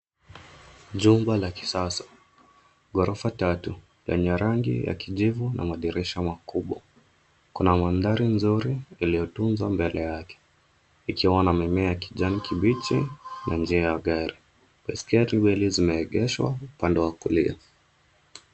Jumba la kisasa, ghorofa tatu yenye rangi ya kijivu na madirisha makubwa. Kuna mandhari nzuri iliyotunzwa mbele yake ikiwa na mimea ya kijani kibichi na njia ya gari. Baiskeli mbili zimeegeshwa upande wa kulia.